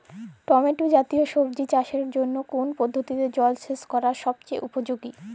Tomato জাতীয় সবজি চাষের জন্য কোন পদ্ধতিতে জলসেচ করা সবচেয়ে উপযোগী?